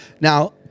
Now